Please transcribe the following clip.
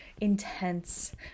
intense